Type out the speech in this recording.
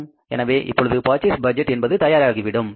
எனவே இப்பொழுது purchase budget என்பது தயாராகிவிடும்